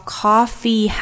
coffee